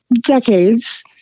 decades